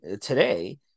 today